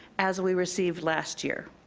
as we received last year.